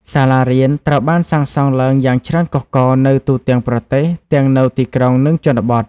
សាលារៀន ត្រូវបានសាងសង់ឡើងយ៉ាងច្រើនកុះករនៅទូទាំងប្រទេស ទាំងនៅទីក្រុង និងជនបទ។